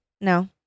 No